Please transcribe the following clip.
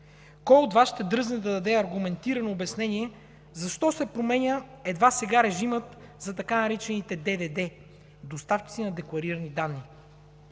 Кой от Вас ще дръзне да даде аргументирано обяснение защо се променя едва сега режимът за така наречените ДДД – доставчици на декларирани данни?